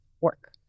work